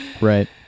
right